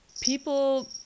people